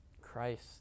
Christ